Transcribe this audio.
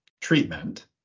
treatment